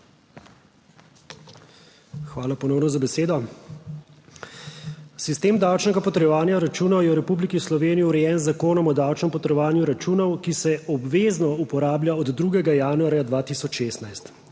Hvala, ponovno, za besedo. Sistem davčnega potrjevanja računov je v Republiki Sloveniji urejen z Zakonom o davčnem potrjevanju računov, ki se obvezno uporablja od 2. januarja 2016.